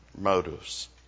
motives